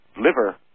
liver